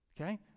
Okay